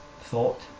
thought